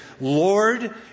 Lord